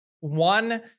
one